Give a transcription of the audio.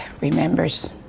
remembers